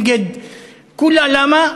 כולה, למה?